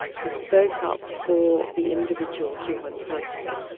he spoke up for the individual human person,